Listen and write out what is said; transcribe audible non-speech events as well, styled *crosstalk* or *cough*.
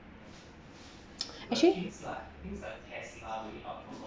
*noise* actually